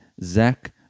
Zach